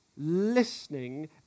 Listening